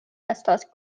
estas